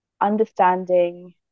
understanding